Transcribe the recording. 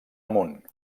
amunt